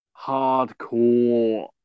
hardcore